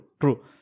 true